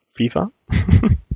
FIFA